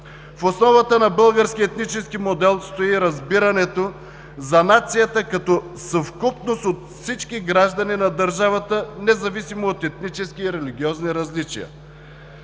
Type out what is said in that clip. В основата на българския етнически модел стои разбирането за нацията като съвкупност от всички граждани на държавата, независимо от етнически и религиозни различия.